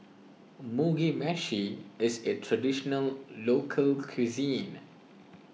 Mugi Meshi is a Traditional Local Cuisine